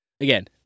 again